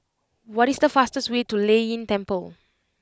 what is the fastest way to Lei Yin Temple